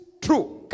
true